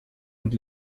und